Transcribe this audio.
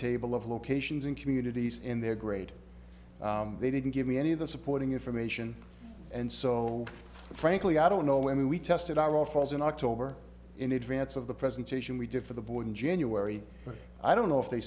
table of locations and communities in their grade they didn't give me any of the supporting information and so frankly i don't know when we tested our offices in october in advance of the presentation we did for the board in january but i don't know if they